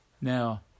Now